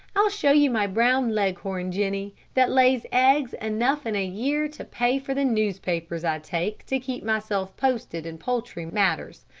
i'll show you my brown leghorn, jenny, that lay eggs enough in a year to pay for the newspapers i take to keep myself posted in poultry matters.